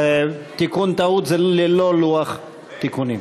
תיקון טעות: זה ללא לוח תיקונים.